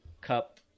cup